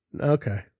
Okay